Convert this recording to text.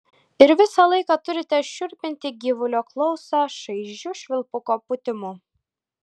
ir visą laiką turite šiurpinti gyvulio klausą šaižiu švilpuko pūtimu